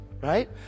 right